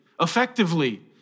effectively